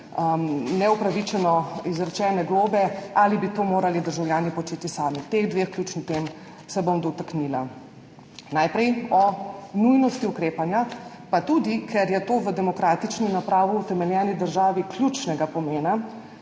neupravičeno izrečene globe ali bi to morali državljani početi sami, teh dveh ključnih tem se bom dotaknila. Najprej o nujnosti ukrepanja, pa tudi, ker je to v demokratični, na pravu utemeljeni državi ključnega pomena,